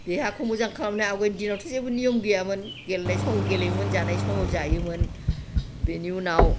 देहाखौ मोजां खालामनाया आवगयनि दिनावथ' जेबो बिदि नियम गैयामोन गेलेनाय समाव गेलेयोमोन जानाय समाव जायोमोन बेनि उनाव